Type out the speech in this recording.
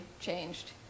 changed